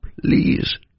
Please